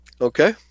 Okay